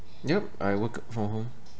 yup I work from home